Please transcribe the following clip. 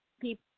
people